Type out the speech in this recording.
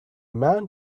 man